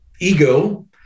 ego